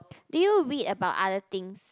do you read about other things